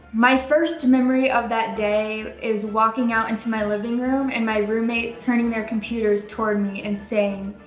my first memory of that day is walking out into my living room and my roommate turning their computers toward me and saying,